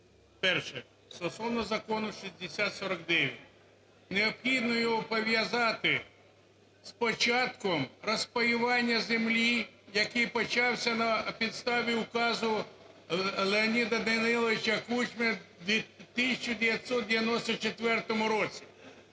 Перше: стосовно закону 6049. Необхідно його пов'язати з початком розпаювання землі, який почався на підставі указу Леоніда Даниловича Кучми в 1994 році.